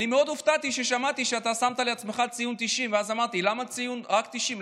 מאוד הופתעתי כששמעתי שנתת לעצמך ציון 90. ואז אמרתי: למה רק 90?